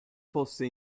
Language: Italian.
fosse